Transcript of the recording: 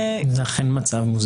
אכן זה מצב מוזר.